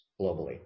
globally